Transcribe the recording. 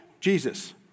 Jesus